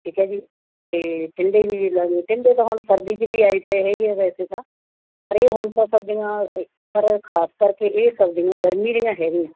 ਠੀਕ ਹੈ ਜੀ ਅਤੇ ਟਿੰਡੇ ਵੀ ਟਿੰਡੇ ਤਾਂ ਹੁਣ ਸਰਦੀ 'ਚ ਵੀ ਆਏ ਪਏ ਹੈਗੇ ਹੈ ਵੈਸੇ ਤਾਂ ਪਰ ਇਹ ਹੁਣ ਤਾਂ ਸਬਜ਼ੀਆਂ ਏ ਪਰ ਖ਼ਾਸ ਕਰਕੇ ਇਹ ਸਬਜ਼ੀਆਂ ਗਰਮੀ ਦੀਆਂ ਹੈਗੀਆਂ